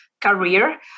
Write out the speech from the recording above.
career